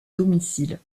domicile